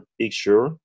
picture